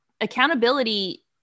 accountability